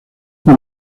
con